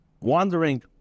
wandering